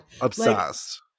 Obsessed